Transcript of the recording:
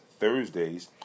thursdays